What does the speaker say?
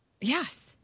Yes